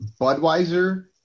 Budweiser